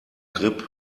grip